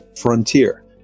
Frontier